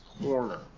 corner